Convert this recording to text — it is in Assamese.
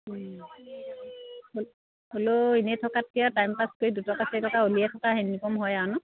হ'লেও এনেই থকাতকৈ টাইম পাছ কৰি দুটকা চাৰিটকা উলিয়াই থকা ইনকম হয় আৰু ন